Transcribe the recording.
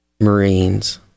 Marines